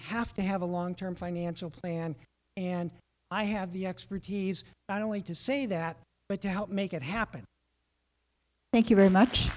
have to have a long term financial plan and i have the expertise i don't need to say that but to help make it happen thank you very much